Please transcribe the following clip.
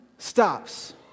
Stops